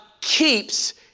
keeps